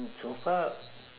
so far